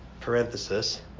parenthesis